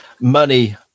money